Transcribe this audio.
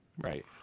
Right